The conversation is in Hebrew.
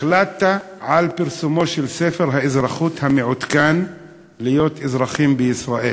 החלטת על פרסומו של ספר האזרחות המעודכן "להיות אזרחים בישראל".